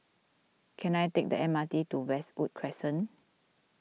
can I take the M R T to Westwood Crescent